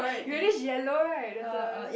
reddish yellow right there's a